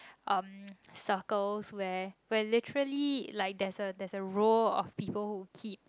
um circles where where literally like there's a there's a row of people who keep